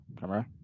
camera